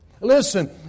Listen